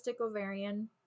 ovarian